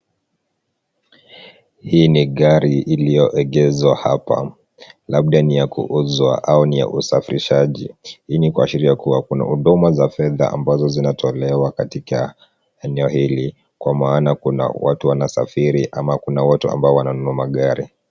Hii ni gari iliyoegeshwa hapa labda ni ya kuuzwa au ni ya usafirishaji yaani kuashiria kuna huduma za fedha ambazo zinatolewa katika eneo hili kwa maana kuna watu wanasafiri ama kuna watu ambao wananunua magari.